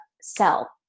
sell